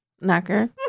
Knocker